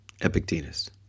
Epictetus